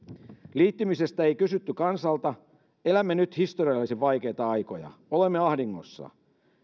liittymisestä ei kysytty kansalta elämme nyt historiallisen vaikeita aikoja olemme ahdingossa